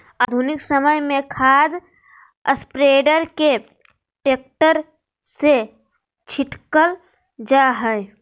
आधुनिक समय में खाद स्प्रेडर के ट्रैक्टर से छिटल जा हई